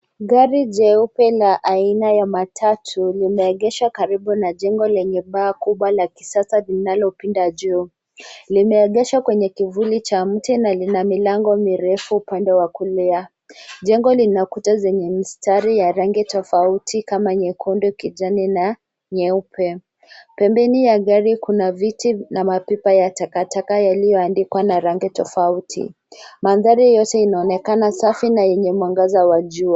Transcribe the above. Gari jeupe la aina ya matatu limeegeshwa karibu na jengo lenye baa kubwa la kisasa linalopinda juu. Limeegeshwa kwenye kivuli cha mti na lina milango mirefu upande wa kulia. Jengo lina kuta zenye mistari ya rangi tofauti kama nyekundu, kijani na nyeupe. Pembeni ya gari kuna viti na mapipa ya takataka yaliyoandikwa na rangi tofauti. Mandhari yote inaonekana safi na yenye mwangaza wa jua.